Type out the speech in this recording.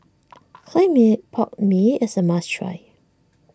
Clay Mee Pot Mee is a must try